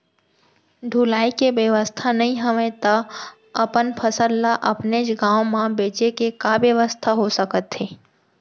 ढुलाई के बेवस्था नई हवय ता अपन फसल ला अपनेच गांव मा बेचे के का बेवस्था हो सकत हे?